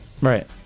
Right